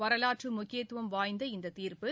வரவாற்றுமுக்கியத்துவம் வாய்ந்த இந்ததீர்ப்பு